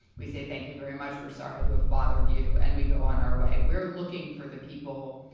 we say thank you very much. we're sorry to have bothered you. and we go on our way. we're looking for the people.